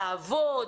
לעבוד,